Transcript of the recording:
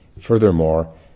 Furthermore